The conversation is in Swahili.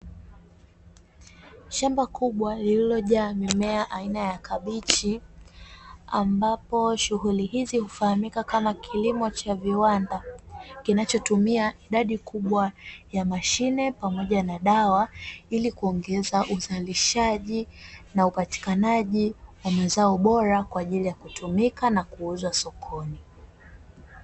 shamba kubwa lililo jaa mimea aina ya kabichi, ambapo shughuli hizi hufahamika kama kilimo cha viwanda, kinachotumia idadi kubwa ya mashine pamoja na dawa ili kuongeza uzalishaji na upatikanaji wa mazao bora kwa ajili ya kutumika na kuuza sokoni.